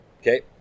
Okay